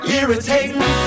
irritating